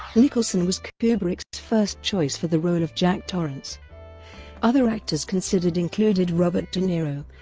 nicholson was kubrick's first choice for the role of jack torrance other actors considered included robert de niro,